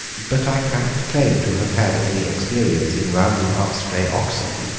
but i cannot claim to have had any experience in rounding-up stray oxen.